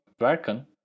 werken